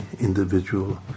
individual